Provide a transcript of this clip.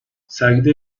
sergide